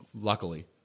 luckily